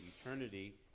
eternity